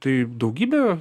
tai daugybė